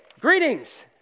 Greetings